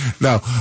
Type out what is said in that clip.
No